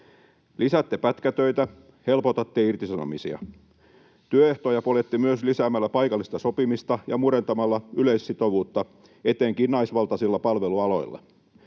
Lisäätte pätkätöitä, helpotatte irtisanomisia. Työehtoja poljette myös lisäämällä paikallista sopimista ja murentamalla yleissitovuutta etenkin naisvaltaisilla palvelualoilla.